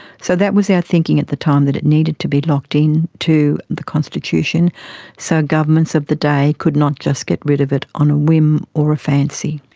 so that was our thinking at the time, that it needed to be locked in to the constitution so governments of the day could not just get rid of it on a whim or a fancy.